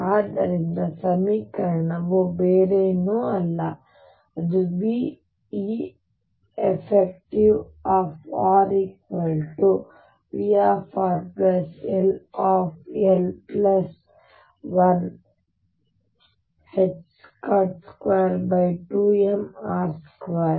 ಆದ್ದರಿಂದ ಸಮೀಕರಣವು ಬೇರೇನೂ ಅಲ್ಲ ಅದು veffrVrll122mr2